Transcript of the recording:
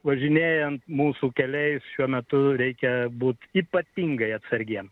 važinėjant mūsų keliais šiuo metu reikia būti ypatingai atsargiems